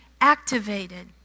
activated